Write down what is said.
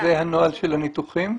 זה הנוהל של הניתוחים?